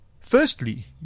Firstly